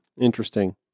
Interesting